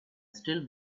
still